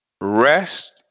Rest